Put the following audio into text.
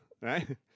right